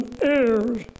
heirs